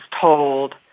told